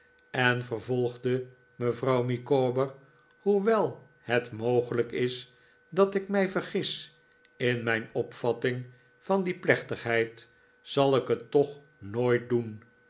en vervolgde mevrouw micawber hoewel het mogelijk is dat ik mij vergis in mijn opvatting van die plechtigheid zal ik het toch nooit doen